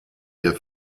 ihr